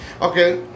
Okay